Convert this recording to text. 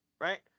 Right